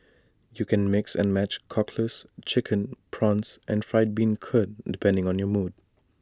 you can mix and match Cockles Chicken Prawns and Fried Bean Curd depending on your mood